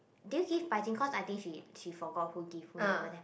did you give 白金 cause I think she she forgot who give who never then